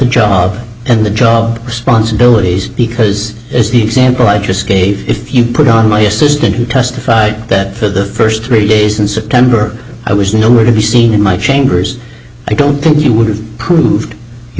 job and the job responsibilities because as the example i just gave if you put on my assistant who testified that for the first three days in september i was nowhere to be seen in my chambers i don't think you would have proved your